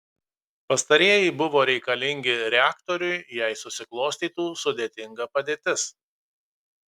pastarieji buvo reikalingi reaktoriui jei susiklostytų sudėtinga padėtis